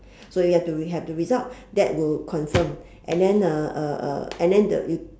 so we have the we have the result that will concern and then uh uh uh and then